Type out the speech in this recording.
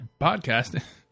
Podcasting